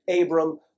Abram